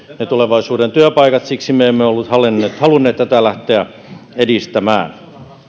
ne tulevaisuuden työpaikat siksi me emme halunneet tätä lähteä edistämään